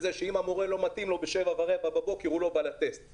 בהסכמה של המורים ובאמירה שזה נכון ועל מנת לצמצם את זמן ההמתנה,